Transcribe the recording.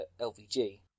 LVG